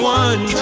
one